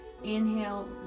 inhale